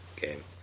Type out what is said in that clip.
game